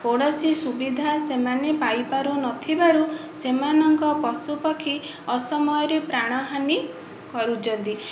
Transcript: କୌଣସି ସୁବିଧା ସେମାନେ ପାଇପାରୁନଥିବାରୁ ସେମାନଙ୍କ ପଶୁପକ୍ଷୀ ଅସମୟରେ ପ୍ରାଣହାନୀ କରୁଛନ୍ତି